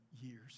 years